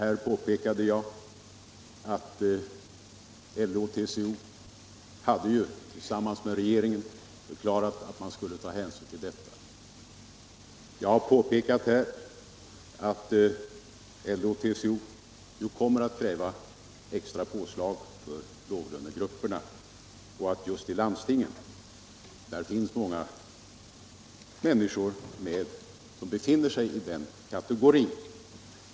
En uppgörelse som LO och TCO förklarat att man skulle ta hänsyn till vid kommande avtalsförhandlingar. Jag framhöll att LO och TCO nu kommer att kräva extra påslag för låglönegrupperna och att det just inom landstingen finns många människor som tillhör den kategorin.